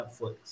Netflix